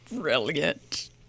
brilliant